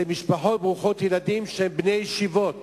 שמשפחות ברוכות ילדים של בני ישיבות